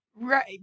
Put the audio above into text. Right